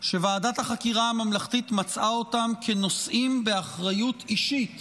שוועדת החקירה הממלכתית מצאה אותם כנושאים באחריות אישית